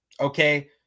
okay